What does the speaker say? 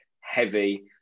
heavy